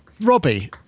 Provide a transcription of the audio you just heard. Robbie